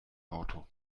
auto